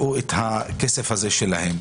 את ההצעה הזאת בפני הנושים שיקבלו החלטה.